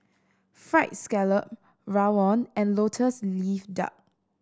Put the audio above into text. Fried Scallop rawon and Lotus Leaf Duck